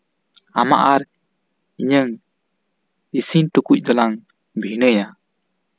ᱟᱢᱟᱜ ᱟᱨ ᱤᱧᱟᱹᱝ ᱤᱥᱤᱱ ᱴᱩᱠᱩᱪ ᱫᱚᱞᱟᱝ ᱵᱷᱤᱱᱟᱹᱭᱟ